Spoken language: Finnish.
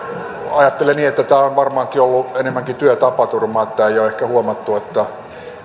ajattelen niin että tämä on varmaankin ollut enemmänkin työtapaturma että ei ole ehkä huomattu että